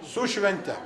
su švente